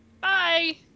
Bye